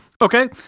Okay